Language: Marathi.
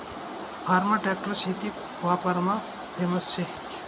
फार्म ट्रॅक्टर शेती वापरमा फेमस शे